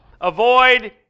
avoid